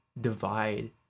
divide